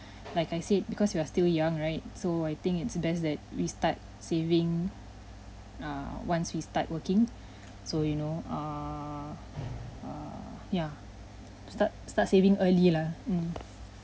like I said because we are still young right so I think it's best that we start saving err once we start working so you know err yeah start start saving early lah mm